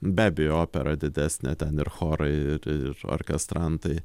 be abejo opera didesnė ten ir chorai ir ir orkestrantai